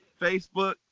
facebook